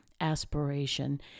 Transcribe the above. aspiration